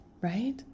right